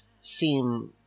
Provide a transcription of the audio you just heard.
seem